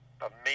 amazing